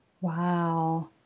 Wow